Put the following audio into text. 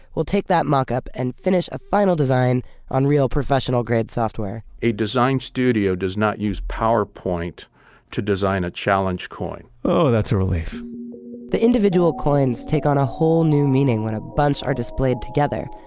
will take that mockup and finish a final design on real professional-grade software a design studio does not use powerpoint to design a challenge coin oh, that's a relief the individual coins take on a whole new meaning when a bunch are displayed together.